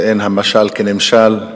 ואין המשל כנמשל,